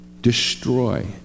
destroy